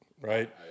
right